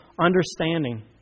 understanding